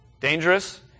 Dangerous